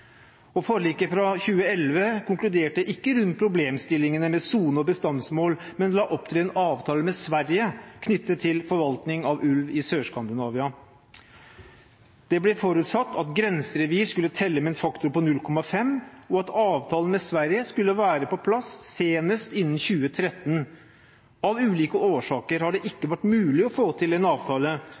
er. Forliket fra 2011 konkluderte ikke rundt problemstillingene med soner og bestandsmål, men la opp til en avtale med Sverige knyttet til forvaltning av ulv i Sør-Skandinavia. Det ble forutsatt at grenserevir skulle telle med en faktor på 0,5, og at avtalen med Sverige skulle være på plass senest innen 2013. Av ulike årsaker har det ikke vært mulig å få til en avtale,